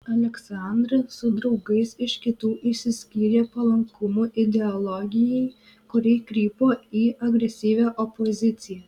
aleksandras su draugais iš kitų išsiskyrė palankumu ideologijai kuri krypo į agresyvią opoziciją